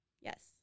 Yes